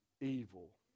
evil